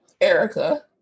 Erica